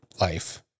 life